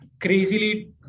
crazily